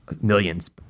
millions